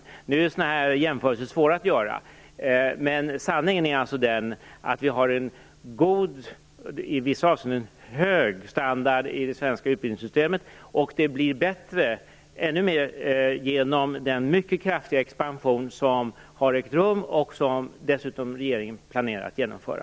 Det är svårt att göra sådana här jämförelser, men sanningen är alltså den att vi har en god, i vissa avseenden hög, standard i det svenska utbildningssystemet. Det blir ännu bättre genom den mycket kraftiga expansion som har ägt rum och som regeringen dessutom planerar att genomföra.